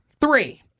three